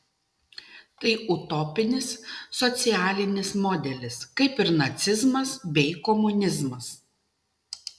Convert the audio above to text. tai utopinis socialinis modelis kaip ir nacizmas bei komunizmas